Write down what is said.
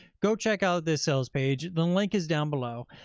go check out this sales page, the link is down below,